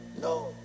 No